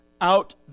out